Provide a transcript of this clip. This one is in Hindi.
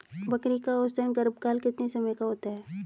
बकरी का औसतन गर्भकाल कितने समय का होता है?